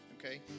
Okay